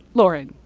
lauren,